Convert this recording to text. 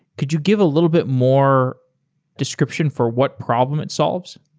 could you give a little bit more description for what problem it solves?